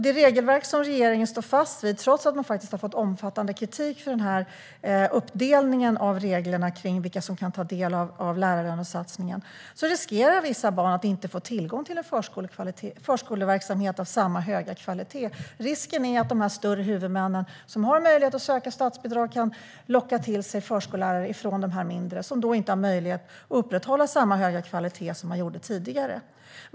Det regelverk som regeringen står fast vid - trots att man faktiskt har fått omfattande kritik för den här uppdelningen av reglerna kring vilka som kan ta del av lärarlönesatsningen - innebär att vissa barn riskerar att inte få tillgång till förskoleverksamhet av samma höga kvalitet. Risken är att de större huvudmän som har möjlighet att söka statsbidrag kan locka till sig förskollärare från de mindre, som då inte har möjlighet att upprätthålla samma höga kvalitet som tidigare.